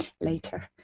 later